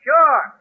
Sure